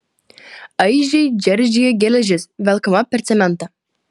aižiai džeržgė geležis velkama per cementą